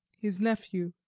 his nephew.